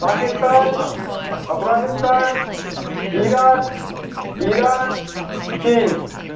Pakistan Afghanistan Iraq Iran China